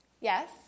Yes